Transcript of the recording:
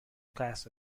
class